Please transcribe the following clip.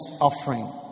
offering